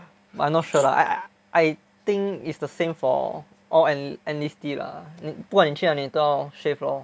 but I'm not sure lah I I think is the same for all enlistee lah 不管去哪里都要 shave lor